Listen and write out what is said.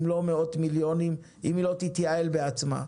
אם לא מאות מיליונים אם היא לא תתייעל בעצמה.